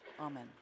Amen